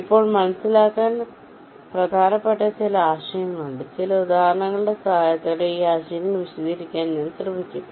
ഇപ്പോൾ മനസ്സിലാക്കാൻ പ്രധാനപ്പെട്ട ചില ആശയങ്ങൾ ഉണ്ട് ചില ഉദാഹരണങ്ങളുടെ സഹായത്തോടെ ഈ ആശയങ്ങൾ വിശദീകരിക്കാൻ ഞാൻ ശ്രമിക്കും